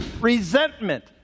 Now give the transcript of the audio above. resentment